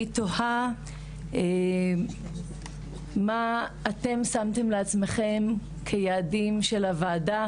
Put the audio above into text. אני תוהה מה אתם שמתם לעצמכם כיעדים של הוועדה,